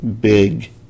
big